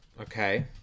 Okay